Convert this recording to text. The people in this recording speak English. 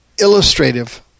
illustrative